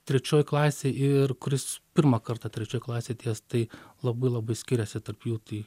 trečioj klasėj ir kuris pirmą kartą trečioj klasėj atėjęs tai labai labai skiriasi tarp jų tai